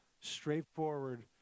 straightforward